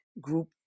group